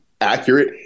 accurate